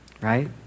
right